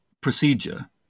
procedure